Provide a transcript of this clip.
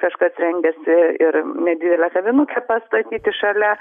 kažkas rengiasi ir nedidelę kavinukę pastatyti šalia